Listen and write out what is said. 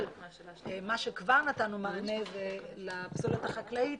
מה שכבר נתנו מענה, זה לפסולת החקלאית